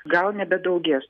gal nebedaugės